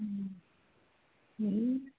जरूर